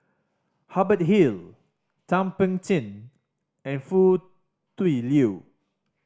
Hubert Hill Thum Ping Tjin and Foo Tui Liew